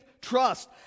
trust